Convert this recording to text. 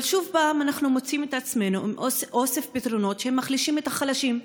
אבל שוב פעם אנחנו מוצאים את עצמנו עם אוסף פתרונות שמחלישים את החלשים.